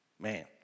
man